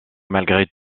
malgré